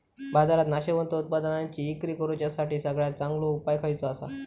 बाजारात नाशवंत उत्पादनांची इक्री करुच्यासाठी सगळ्यात चांगलो उपाय खयचो आसा?